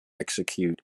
execute